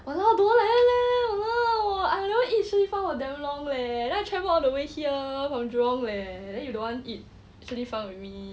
!walao! don't like that leh I never eat Shi Li Fang for damn long leh then I travel all the way here from jurong leh then you don't want eat Shi Li Fang with me